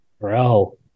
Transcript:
Bro